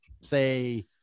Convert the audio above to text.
say